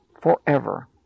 forever